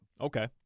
Okay